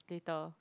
later